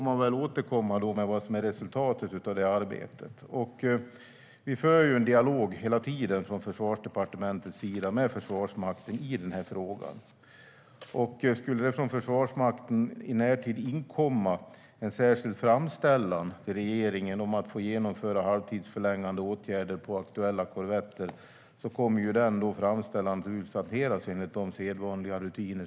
Man får återkomma med resultatet av arbetet. Vi för hela tiden en dialog från Försvarsdepartementet sida med Försvarsmakten i frågan. Om det från Försvarsmakten i närtid skulle inkomma en särskild framställan till regeringen om få genomföra halvtidsförlängande åtgärder på aktuella korvetter kommer denna framställan att hanteras enligt sedvanliga rutiner.